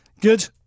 good